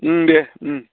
दे